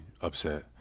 upset